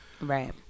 Right